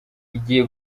igiye